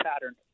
pattern